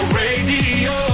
radio